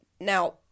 Now